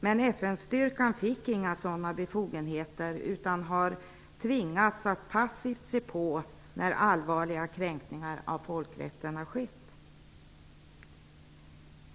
Men FN-styrkan fick inga sådana befogenheter utan har tvingats att passivt se på när allvarliga kränkningar av folkrätten har skett.